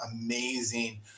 amazing